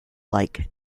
like